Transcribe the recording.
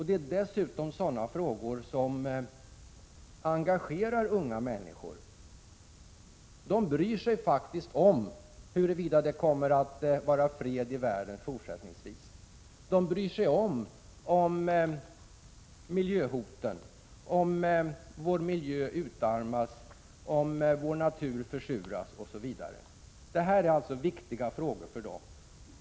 Det är dessutom sådana frågor som engagerar unga människor. De bryr sig faktiskt om huruvida det kommer att vara fred i världen fortsättningsvis. De bryr sig om miljöhoten, huruvida vår miljö utarmas och vår natur försuras, osv. Det här är alltså viktiga frågor för dem.